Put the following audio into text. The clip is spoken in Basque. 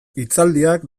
hitzaldiak